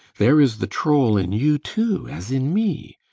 there is the troll in you too, as in me.